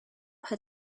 had